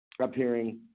appearing